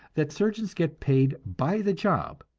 that surgeons get paid by the job,